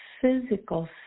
physical